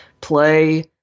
play